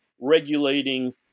regulating